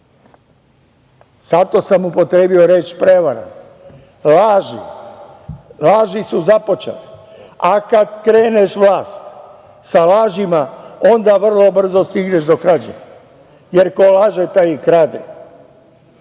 Zato sam upotrebio reč prevara. Laži, lažu su započele, a kada kreneš vlast sa lažima, onda vrlo brzo stigneš do krađe, jer ko laže taj i krade. Ovo